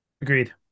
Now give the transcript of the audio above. Agreed